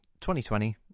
2020